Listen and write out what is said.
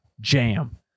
jam